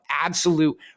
absolute